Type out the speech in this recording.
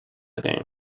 again